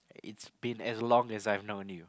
it's been as long as I've known you